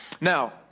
Now